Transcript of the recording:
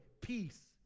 peace